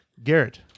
Garrett